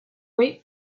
wait